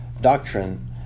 doctrine